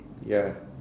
ya